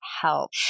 help